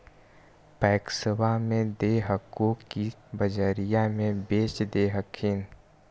पैक्सबा मे दे हको की बजरिये मे बेच दे हखिन?